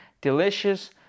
delicious